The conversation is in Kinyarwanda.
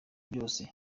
byose